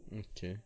okay